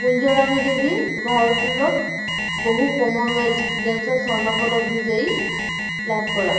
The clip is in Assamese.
কুঞ্জৰাণী দেৱী ভাৰত্তোলক বহু কমনৱেলথ গেমছৰ স্ৱৰ্ণপদক বিজয়ী লাভ কৰা